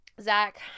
Zach